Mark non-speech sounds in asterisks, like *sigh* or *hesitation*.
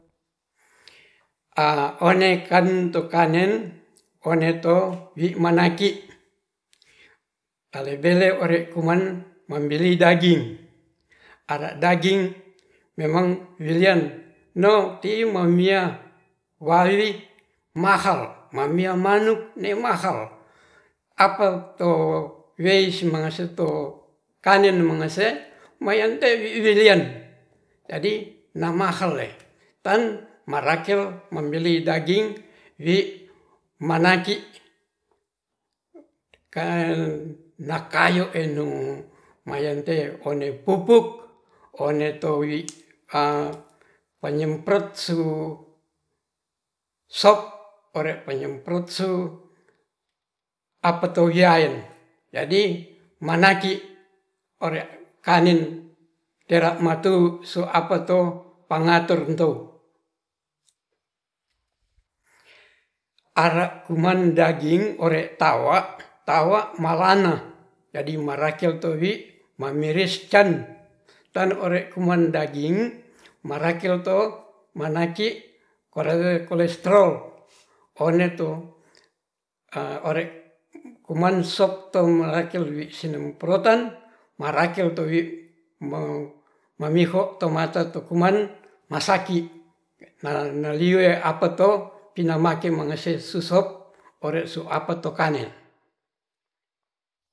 Onekan to kangen oneto wi manaki alebele ore' kuman mambili daging, ara daging memang wilian no timamia wawi mahal mamia manuk ne mahal apelto meisi mangasi to kangen mangese mayan tewi willian, jadi ns mamahale tan marakel mambili daging wi manaki kalakayo enu mayon te one pupuk one towi *hesitation* pangem pek suu sop ore payung apetowiaen, jadi manaki ore kanin tera matu soapa to apeto pangatur tour are kuman daging ore tawa, tawa malana jdi marakel towi mamiris can tan ore kuman daging marakel to manaki kolestrol ore koman sop to merakel wi simprotan marakel to wi mang-magifo tomata to kuman ma saki nangaliwe apeto pinamaken mengese su sop ore su apeto kangen